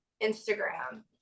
instagram